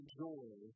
joy